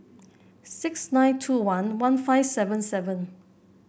six nine two one one five seven seven